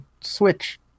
Switch